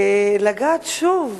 לגעת שוב